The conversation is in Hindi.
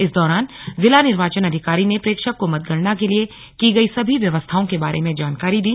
इस दौरान जिला निर्वाचन अधिकारी ने प्रेक्षक को मतगणना के लिए की गई सभी व्यवस्थाओं के बारे में जानकारी दी